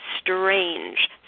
strange